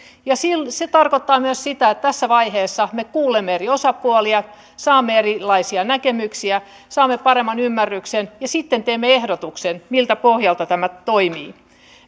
se tarkoittaa myös sitä että tässä vaiheessa me kuulemme eri osapuolia saamme erilaisia näkemyksiä saamme paremman ymmärryksen ja sitten teemme ehdotuksen miltä pohjalta tämä toimii